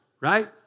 right